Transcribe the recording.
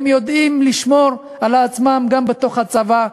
הם יודעים לשמור על עצמם גם בתוך הצבא,